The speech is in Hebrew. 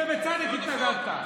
ובצדק התנגדת.